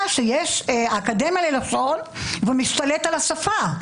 שיש אקדמיה ללשון והוא משתלט על השפה.